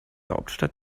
hauptstadt